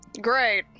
great